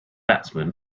batsman